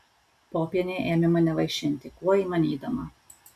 popienė ėmė mane vaišinti kuo įmanydama